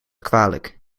kwalijk